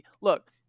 Look